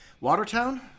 Watertown